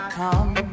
come